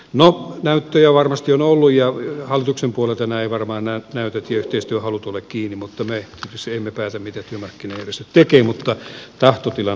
no näyttöjä varmasti on ollut ja hallituksen puolelta nämä näytöt ja yhteistyöhalut eivät varmaan ole kiinni mutta me emme päätä mitä työmarkkinajärjestöt tekevät mutta tahtotilan halusin tässä kertoa